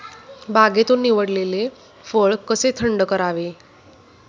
बागेतून निवडलेले फळ कसे थंड करावे?